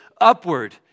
upward